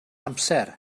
amser